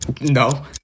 No